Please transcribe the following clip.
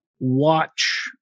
Watch